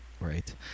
right